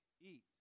eat